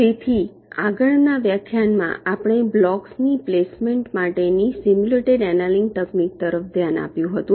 તેથી આગળ ના વ્યાખ્યાનમાં આપણે બ્લોક્સ ની પ્લેસમેન્ટ માટેની સિમ્યુલેટેડ એનેલીંગ તકનીક તરફ ધ્યાન આપ્યું હતું